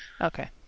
Okay